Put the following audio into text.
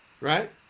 right